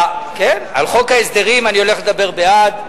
כן, על חוק ההסדרים אני הולך לדבר בעד.